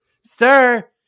sir